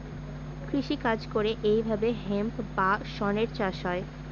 কৃষি কাজ করে এইভাবে হেম্প বা শনের চাষ হয়